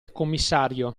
commissario